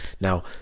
Now